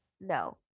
no